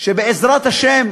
שבעזרת השם,